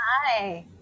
Hi